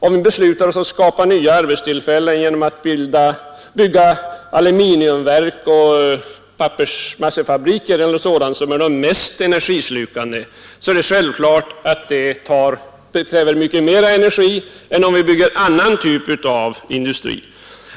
Om vi beslutar att skapa nya arbetstillfällen genom att bygga aluminiumverk, pappersmassefabriker och liknande energislukande anläggningar så är det självklart att det kräver mycket mer energi än om vi bygger en annan typ av industri.